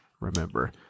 remember